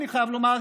אני חייב לומר,